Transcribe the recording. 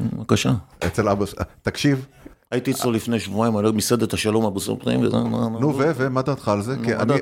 בבקשה. אצל אבו, תקשיב. הייתי אצלו לפני שבועיים, מסעדת השלום אבו סובחי, ולא, לא, לא. נו, ו? ו? מה דעתך על זה?